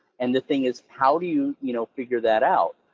and the thing is, how do you you know figure that out?